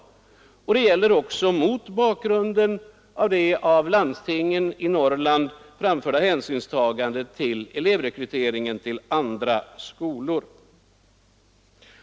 Det gäller också med tanke på det av landstingen i Norrland påtalade hänsynstagandet till elevrekryteringen vid andra skolor.